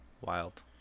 Wild